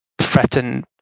threaten